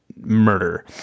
murder